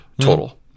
total